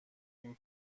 این